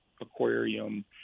aquarium